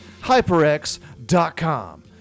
HyperX.com